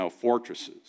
fortresses